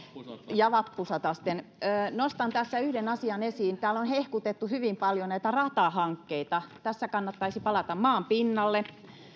ja vappusatasten nostan tässä yhden asian esiin täällä on hehkutettu hyvin paljon ratahankkeita tässä kannattaisi palata maanpinnalle